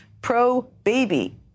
pro-baby